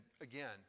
again